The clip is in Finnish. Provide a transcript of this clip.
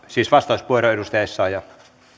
siis vastauspuheenvuoro edustaja essayah